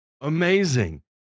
Amazing